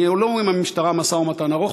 ניהלו עם המשטרה משא-ומתן ארוך,